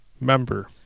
member